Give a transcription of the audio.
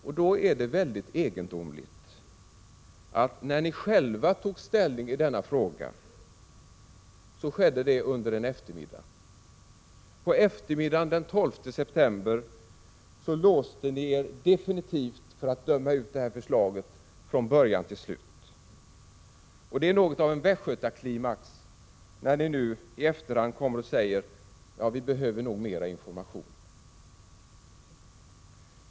Därför är det mycket egendomligt att de själva tog ställning i denna fråga under en eftermiddag. På eftermiddagen den 12 september låste de sig definitivt för att döma ut detta förslag från början till slut. Det är något av en västgötaklimax när de nu i efterhand säger: Vi behöver mera information.